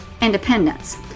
independence